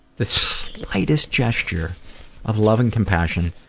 the slightest gesture of love and compassion